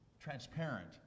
transparent